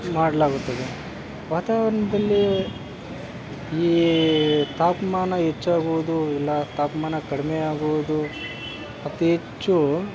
ಮಾಡಲಾಗುತ್ತದೆ ವಾತಾವರ್ಣದಲ್ಲಿ ಈ ತಾಪಮಾನ ಹೆಚ್ಚಾಗುವುದು ಇಲ್ಲ ತಾಪಮಾನ ಕಡಿಮೆಯಾಗುವುದು ಅತಿ ಹೆಚ್ಚು